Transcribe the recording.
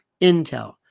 Intel